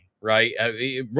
right